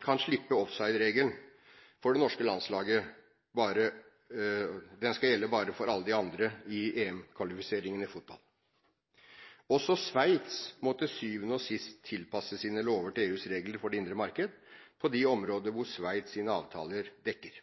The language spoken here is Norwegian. kan slippe offsideregelen for det norske landslaget i EM-kvalifiseringen i fotball – den skal bare gjelde for alle de andre. Også Sveits må til syvende og sist tilpasse sine lover til EUs regler for det indre marked på de områder hvor Sveits' avtaler dekker.